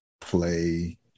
play